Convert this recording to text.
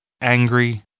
angry